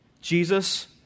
Jesus